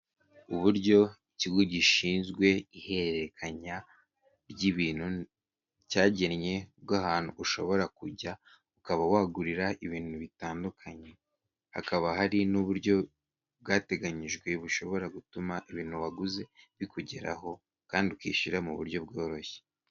Uburyo ikigo gishinzwe ihererekanya ry'ibintu cyagennye bwa hantu ushobora kujya ukaba wahagurira ibintu bitandukanye, hakaba hari n'uburyo bwateganyijwe bushobora gutuma ibintu waguze bikugeraho kandi ukishyura mu buryo bworoshye.